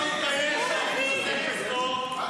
אני לא מתבייש שאני מתעסק בספורט,